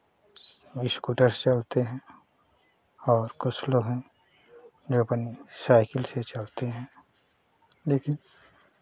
scooter से चलते हैं और कुछ लोग हैं जो अपनी साइकिल से चलते हैं लेकिन